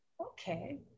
Okay